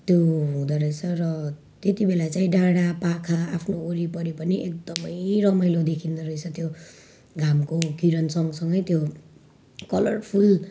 त्यो हुँदो रहेछ र त्यति बेला चाहिँ डाँडा पाखा आफ्नो वरिपरि पनि एकदमै रमाइलो देखिँदो रहेछ त्यो घामको किरण सँग सँगै त्यो कलरफुल